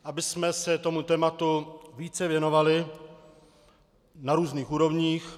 Abychom se tomu tématu více věnovali na různých úrovních.